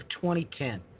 2010